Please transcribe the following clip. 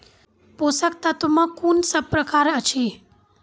पोसक तत्व मे कून सब प्रकार अछि?